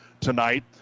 tonight